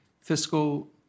fiscal